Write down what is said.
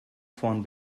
vorn